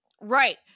Right